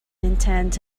intent